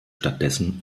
stattdessen